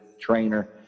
trainer